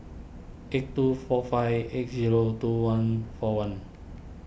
eight two four five eight zero two one four one